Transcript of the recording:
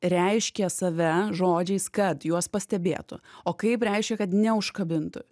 reiškia save žodžiais kad juos pastebėtų o kaip reiškia kad neužkabintų